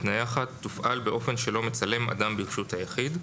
נייחת תופעל באופן שלא מצלם אדם ברשות היחיד".